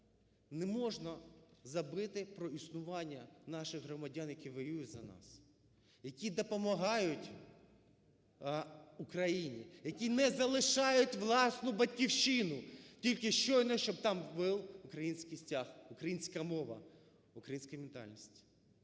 не можна забути про існування наших громадян, які воюють за нас, які допомагають Україні, які не залишають власну Батьківщину, тільки щойно, щоб там був український стяг, українська мова, українська ментальність.